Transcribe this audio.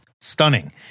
stunning